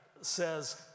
says